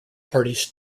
parties